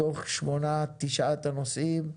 מתוך שמונה, תשעת הנושאים,